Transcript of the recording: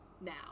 now